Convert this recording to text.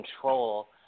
control